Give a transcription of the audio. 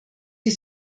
die